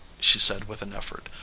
she said with an effort.